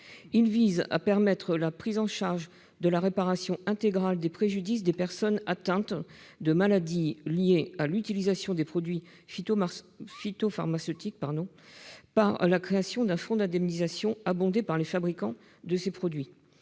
Il tend à permettre la prise en charge de la réparation intégrale des préjudices des personnes atteintes de maladies liées à l'utilisation des produits phytopharmaceutiques, par la création d'un fonds d'indemnisation abondé par les fabricants de ces produits.